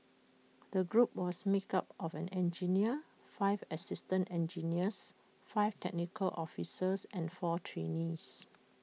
the group was make up of an engineer five assistant engineers five technical officers and four trainees